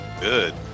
Good